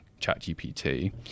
ChatGPT